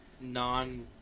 non